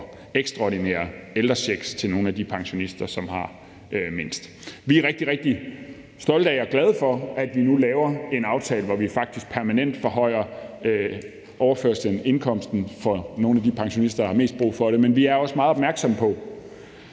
ekstraordinære ældrechecks til nogle af de pensionister, som har mindst. Vi er rigtig, rigtig stolte af og glade for, at vi nu har en aftale, hvor vi faktisk permanent forhøjer indkomsten for nogle af de pensionister, der har mest brug for det. Men vi er også meget opmærksomme på,